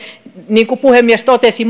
niin kuin puhemies totesi